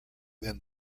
then